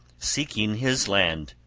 seeking his land,